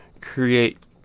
create